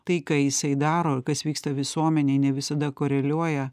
tai ką jisai daro ir kas vyksta visuomenėje ne visada koreliuoja